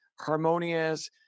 harmonious